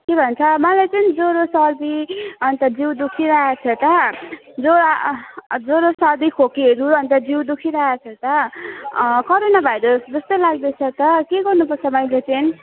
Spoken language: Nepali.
के भन्छ मलाई चाहिँ ज्वरो सर्दी अनि त जिउ दुखिरहेको छ त ज्वरो आ ज्वरो सर्दी खोकीहरू अनि त जिउ दुखिरहेछ त कोरोना भाइरस जस्तै लाग्दैछ त के गर्नुपर्छ मैले चाहिँ